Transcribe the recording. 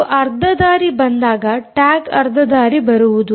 ನೀವು ಅರ್ಧ ದಾರಿ ಬಂದಾಗ ಟ್ಯಾಗ್ ಅರ್ಧ ದಾರಿ ಬರುವುದು